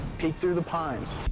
peek through the pines.